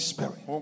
Spirit